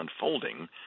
unfolding